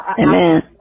Amen